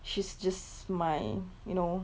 she's just my you know